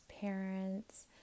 parents